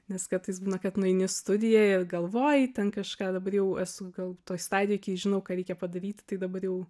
nes kartais būna kad nueini į studiją ir galvoji ten kažką dabar jau esu gal toj stadijoj kai žinau ką reikia padaryti tai dabar jau